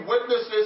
witnesses